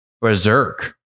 berserk